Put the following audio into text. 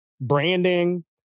branding